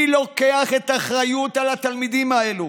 מי לוקח את האחריות על התלמידים האלו?